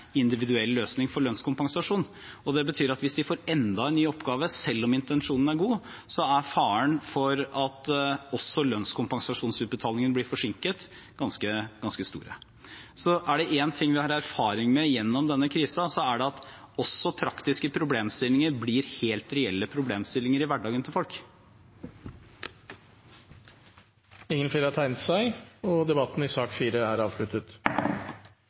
individuell løsning for lønnskompensasjon. Det betyr at hvis de får enda en ny oppgave, selv om intensjonen er god, er faren ganske stor for at også lønnskompensasjonsutbetalingene blir forsinket. Er det én ting vi har erfaring med gjennom denne krisen, er det at også praktiske problemstillinger blir helt reelle problemstillinger i hverdagen til folk. Flere har bedt om ordet til sak nr. 4. Ingen har bedt om ordet. Etter ønske fra helse- og omsorgskomiteen vil presidenten ordne debatten